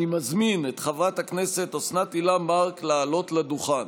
אני מזמין את חברת הכנסת אוסנת הילה מארק לעלות לדוכן.